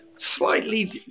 Slightly